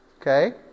okay